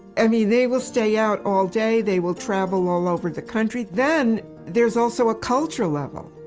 i mean they will stay out all day, they will travel all over the country. then there's also a cultural level,